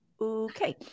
Okay